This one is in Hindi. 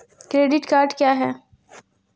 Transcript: क्रेडिट कार्ड क्या है?